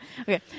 okay